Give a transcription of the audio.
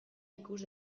ikus